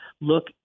look